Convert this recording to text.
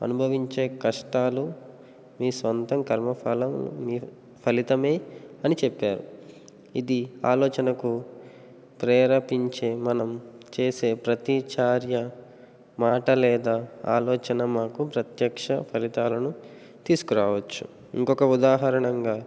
అనుభవించే కష్టాలు మీ సొంతం కర్మఫలం మీ ఫలితం అని చెప్పారు ఇది ఆలోచనకు ప్రేరేపించే మనం చేసే ప్రతిచర్య మాట లేదా ఆలోచన మాకు ప్రత్యక్ష ఫలితాలను తీసుకురావచ్చు ఇంకొక ఉదాహరణగా